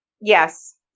Yes